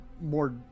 more